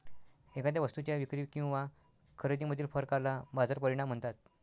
एखाद्या वस्तूच्या विक्री किंवा खरेदीमधील फरकाला बाजार परिणाम म्हणतात